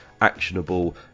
actionable